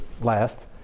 last